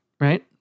right